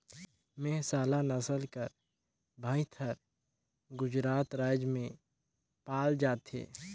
मेहसाला नसल कर भंइस हर गुजरात राएज में पाल जाथे